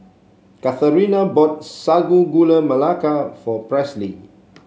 Katharina bought Sago Gula Melaka for Presley